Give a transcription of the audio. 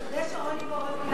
תודה שרוני בר-און מינה